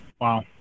wow